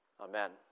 Amen